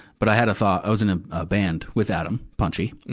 but i had a thought i was in ah a band with adam, punchy.